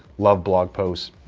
love blog posts,